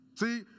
See